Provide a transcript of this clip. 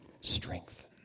strength